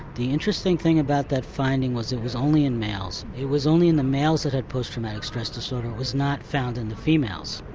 the interesting thing about that finding was it was only in males. it was only in the males that had post-traumatic stress disorder, it was not found in the females.